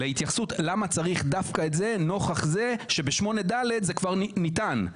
להתייחסות למה צריך דווקא את זה נוכח זה שב-8(ד) זה כבר ניתן.